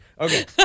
okay